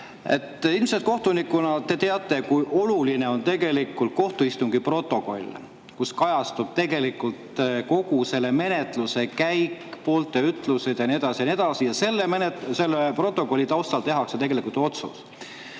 Ilmselt kohtunikuna te teate, kui oluline on kohtuistungi protokoll, kus kajastub tegelikult kogu selle menetluse käik, poolte ütlused ja nii edasi ja nii edasi, ja selle protokolli taustal tehakse otsus.